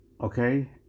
Okay